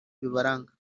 bibaranga